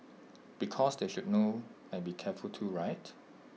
because they should know and be careful too right